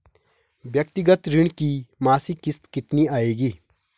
व्यक्तिगत ऋण की मासिक किश्त कितनी आएगी?